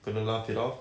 gonna laugh it off